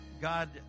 God